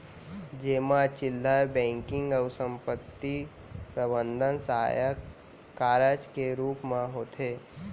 जेमा चिल्लहर बेंकिंग अउ संपत्ति प्रबंधन सहायक कारज के रूप म होथे